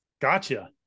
Gotcha